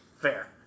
fair